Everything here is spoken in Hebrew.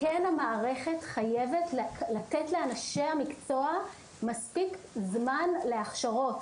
כן המערכת חייבת לתת לאנשי המקצוע מספיק זמן להכשרות,